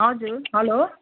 हजुर हेलो